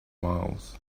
miles